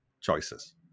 choices